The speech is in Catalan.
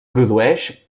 produeix